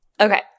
Okay